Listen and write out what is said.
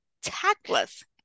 Tactless